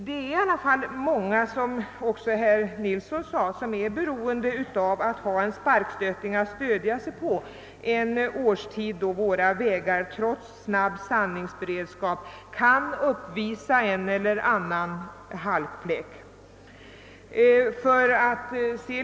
Som herr Nilsson i Agnäs sade är också många människor beroende av en sparkstötting att stödja sig på under den tid på året, då våra vägar trots snabb sandningsberedskap ofta uppvisar en och annan halkfläck.